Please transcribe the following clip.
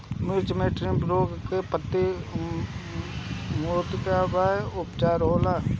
मिर्च मे थ्रिप्स रोग से पत्ती मूरत बा का उपचार होला?